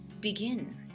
begin